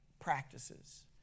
practices